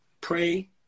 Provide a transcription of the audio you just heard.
pray